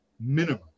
minimum